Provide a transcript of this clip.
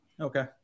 Okay